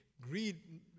greed